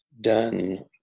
done